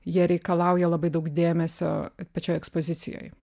jie reikalauja labai daug dėmesio pačioj ekspozicijoj